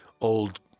old